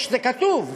זה כתוב,